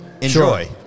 enjoy